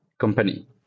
company